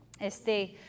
Este